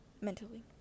mentally